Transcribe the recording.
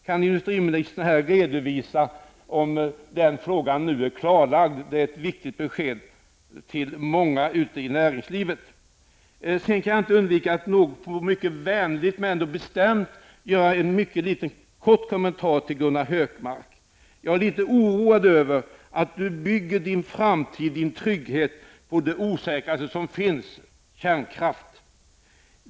Kan industriministern tala om huruvida den frågan nu är avklarad. Ett besked skulle vara viktigt för många i näringslivet. Sedan kan jag inte underlåta att mycket vänligt men bestämt göra en mycket kort kommentar till Gunnar Hökmark. Jag är litet oroad över att ni bygger er framtida trygghet på det osäkraste som finns, kärnkraft.